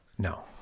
No